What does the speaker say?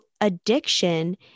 addiction